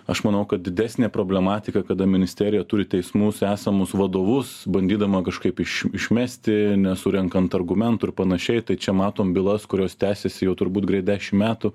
aš manau kad didesnė problematika kada ministerija turi teismų su esamus vadovus bandydama kažkaip iš išmesti nesurenkant argumentų ir panašiai tai čia matom bylas kurios tęsiasi jau turbūt greit dešimt metų